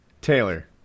Taylor